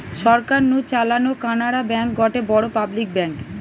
সরকার নু চালানো কানাড়া ব্যাঙ্ক গটে বড় পাবলিক ব্যাঙ্ক